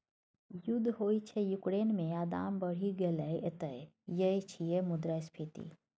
युद्ध होइ छै युक्रेन मे आ दाम बढ़ि गेलै एतय यैह छियै मुद्रास्फीति